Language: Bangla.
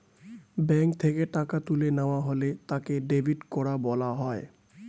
ব্যাঙ্ক থেকে টাকা তুলে নেওয়া হলে তাকে ডেবিট করা বলা হয়